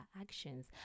actions